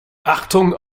achtung